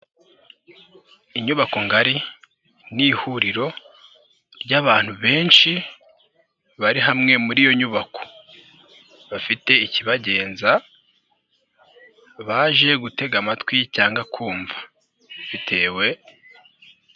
Inyubako ngari, n'ihuriro ry'abantu benshi bari hamwe muri iyo nyubako, bafite ikibagenza, baje gutega amatwi cyangwa kumva, bitewe.